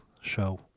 show